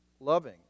loving